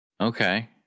Okay